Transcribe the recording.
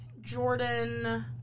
Jordan